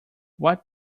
what